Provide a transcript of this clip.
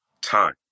time